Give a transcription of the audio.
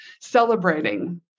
celebrating